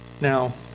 Now